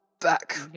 back